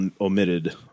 omitted